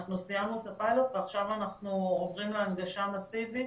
אנחנו סיימנו את הפיילוט ועכשיו אנחנו עוברים להנגשה מסיבית.